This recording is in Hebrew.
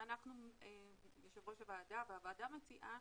אנחנו, יושב ראש הוועדה והוועדה, מציעים